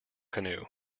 canoe